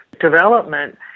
development